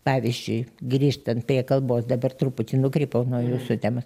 pavyzdžiui grįžtant prie kalbos dabar truputį nukrypau nuo jūsų temos